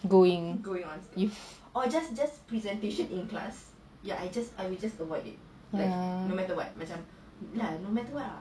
going oh oh